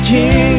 King